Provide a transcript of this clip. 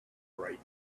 bright